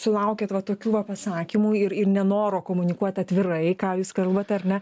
sulaukėt va tokių va pasakymų ir ir nenoro komunikuot atvirai ką jūs kalbat ar ne